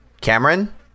Cameron